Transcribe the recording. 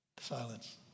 Silence